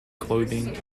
clothing